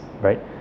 right